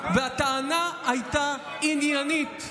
ממשלה, חלאס, והטענה הייתה עניינית.